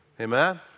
Amen